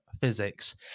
physics